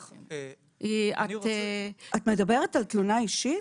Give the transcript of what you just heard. את מדברת על תלונה אישית?